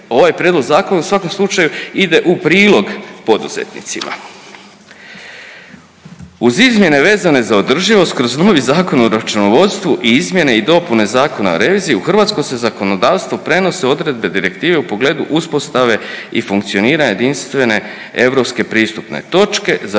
ovaj prijedlog zakona u svakom slučaju ide u prilog poduzetnicima. Uz izmjene vezane za održivost kroz novi Zakon o računovodstvu i izmjene i dopune Zakona o reviziji u hrvatsko se zakonodavstvo prenose odredbe direktive u pogledu uspostave i funkcioniranja jedinstvene europske pristupne točke za